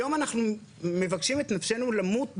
היום אנחנו מבקשים את נפשנו למות בכבישים.